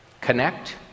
Connect